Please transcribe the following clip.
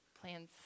plans